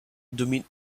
domine